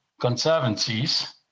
conservancies